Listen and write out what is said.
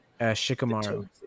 Shikamaru